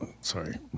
sorry